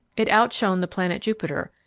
it outshone the planet jupiter,